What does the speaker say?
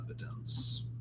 evidence